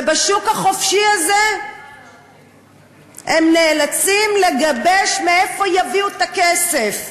בשוק החופשי הזה הם נאלצים לגבש מאיפה יביאו את הכסף.